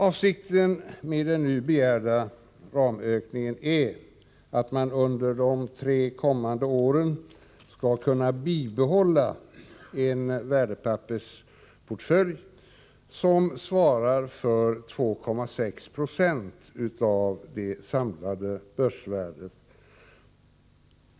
Avsikten med den nu begärda ramökningen är att man under de tre kommande åren skall kunna bibehålla en värdepappersportfölj, som svarar för 2,6 20 av det samlade börsvärdet.